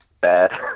bad